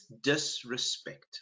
disrespect